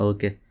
Okay